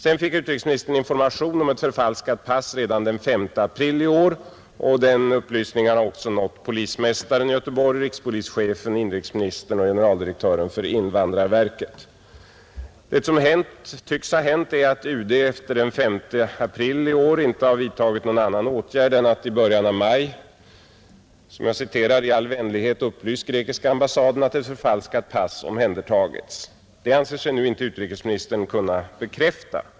Vidare fick utrikesministern information om ett förfalskat pass redan den 5 april i år. Den upplysningen har också nått polismästaren i Göteborg, rikspolischefen, inrikesministern och generaldirektören för invandrarverket. Det som tycks ha hänt är att UD efter den 5 april i år inte har vidtagit någon annan åtgärd än att i början av maj ”i all vänlighet upplyst grekiska ambassaden att ett förfalskat pass omhändertagits”. Det anser sig nu inte utrikesministern kunna bekräfta.